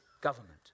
government